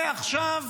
מעכשיו